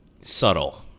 subtle